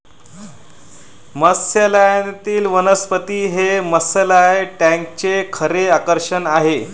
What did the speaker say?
मत्स्यालयातील वनस्पती हे मत्स्यालय टँकचे खरे आकर्षण आहे